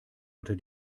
unter